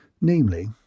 namely